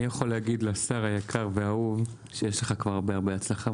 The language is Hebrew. אני יכול להגיד לשר היקר והאהוב שיש לך כבר הרבה הצלחה,